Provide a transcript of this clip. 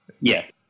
Yes